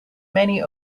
many